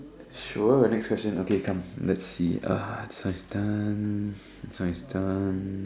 sure next session okay come let's see this one is done this one is done